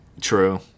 True